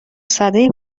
سده